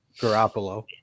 Garoppolo